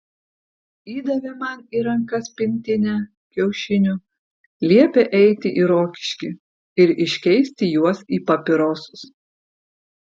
įdavė man į rankas pintinę kiaušinių liepė eiti į rokiškį ir iškeisti juos į papirosus